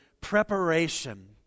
preparation